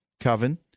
Coven